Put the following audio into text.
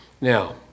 Now